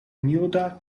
milda